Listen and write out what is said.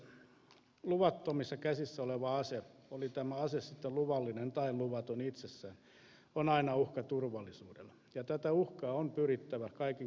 luvattomissa käsissä oleva ase oli tämä ase sitten luvallinen tai luvaton itsessään on aina uhka turvallisuudelle ja tätä uhkaa on pyrittävä kaikin keinoin torjumaan